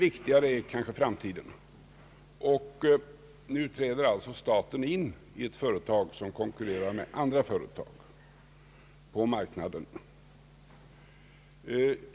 Viktigare är ju ändå framtiden. Staten träder nu in i ett företag som konkurrerar med andra företag på marknaden.